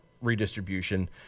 redistribution